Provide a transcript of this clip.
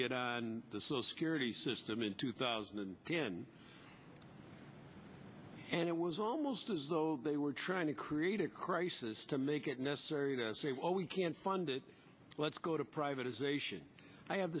get the slow security system in two thousand and ten and it was almost as though they were trying to create a crisis to make it necessary to say well we can't fund it let's go to privatization i have